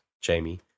Jamie